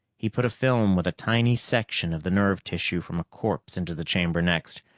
he put a film with a tiny section of the nerve tissue from a corpse into the chamber next,